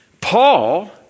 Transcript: Paul